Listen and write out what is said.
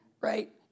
right